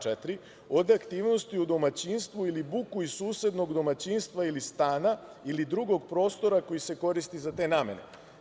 4. – od aktivnosti u domaćinstvu ili buku iz susednog domaćinstva ili stana ili drugog prostora koji se koristi za te namene.